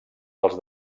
els